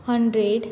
hundred